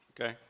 okay